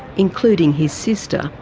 including his sister,